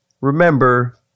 Remember